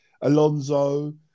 Alonso